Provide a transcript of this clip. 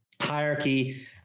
hierarchy